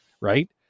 right